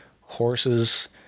Horses